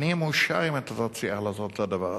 אהיה מאושר אם אתה תציע לעשות את הדבר הזה.